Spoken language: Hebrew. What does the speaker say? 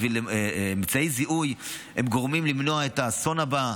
בשביל אמצעי זיהוי הם תורמים למנוע את האסון הבא,